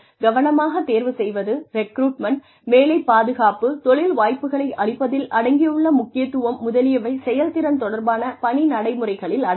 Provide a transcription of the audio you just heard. கவனமாகத் தேர்வு செய்வது ரெக்ரூட்மெண்ட் வேலை பாதுகாப்பு தொழில் வாய்ப்புகளை அளிப்பதில் அடங்கியுள்ள முக்கியத்துவம் முதலியவை செயல்திறன் தொடர்பான பணி நடைமுறைகளில் அடங்கும்